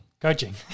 Coaching